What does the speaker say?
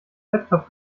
laptop